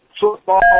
football